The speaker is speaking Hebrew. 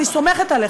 אני סומכת עליך,